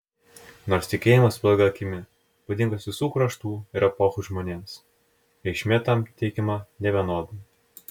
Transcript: nors tikėjimas bloga akimi būdingas visų kraštų ir epochų žmonėms reikšmė tam teikiama nevienoda